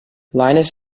linus